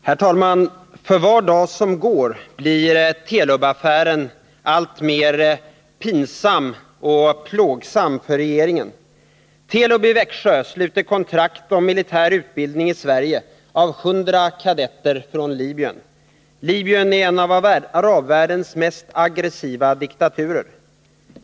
Herr talman! För var dag som går blir Telubaffären alltmer pinsam och plågsam för regeringen. Telub i Växjö sluter kontrakt om militär utbildning i Sverige av hundra kadetter från Libyen. Libyen är en av arabvärldens mest aggressiva diktaturer.